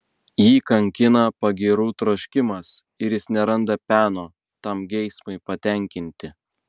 jį kankina pagyrų troškimas ir jis neranda peno tam geismui patenkinti